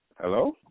hello